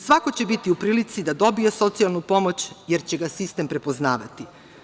Svako će biti u prilici da dobije socijalnu pomoć, jer će ga sistem prepoznavati.